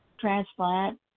transplant